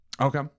Okay